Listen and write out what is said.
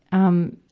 um,